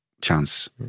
chance